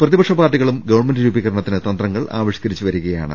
പ്രതിപക്ഷ പാർട്ടികളും ഗവൺമെന്റ് രൂപീകരണത്തിന് തന്ത്രങ്ങൾ ആവിഷ്ക്കരിച്ച് വരികയാണ്